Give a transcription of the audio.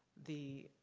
the